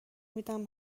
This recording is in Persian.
میدم